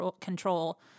control